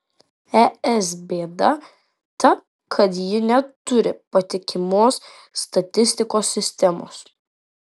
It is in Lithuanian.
es bėda ta kad ji neturi patikimos statistikos sistemos